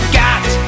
got